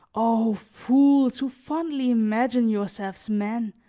o fools! who fondly imagine yourselves men,